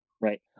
Right